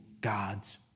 God's